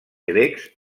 grecs